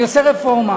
אני עושה רפורמה.